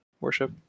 worship